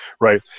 right